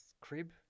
crib